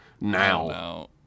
Now